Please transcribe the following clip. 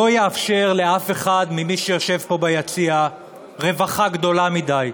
לא יאפשר לאף אחד ממי שיושב פה ביציע רווחה גדולה מדי,